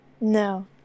No